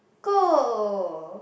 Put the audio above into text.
go